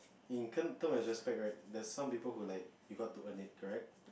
in term term and respect right there's some people who like you got to earn it correct